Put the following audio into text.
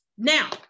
Now